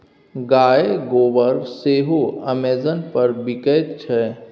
गायक गोबर सेहो अमेजन पर बिकायत छै